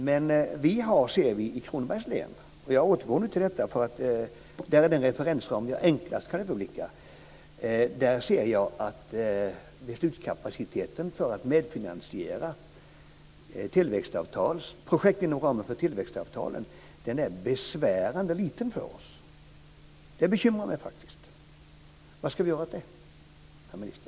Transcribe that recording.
Men i Kronobergs län - det är den referensram som jag enklast kan överblicka - är beslutskapaciteten för att medfinansiera projekt inom ramen för tillväxtavtalen besvärande liten för oss. Det bekymrar mig faktiskt. Vad ska vi göra åt det, herr minister?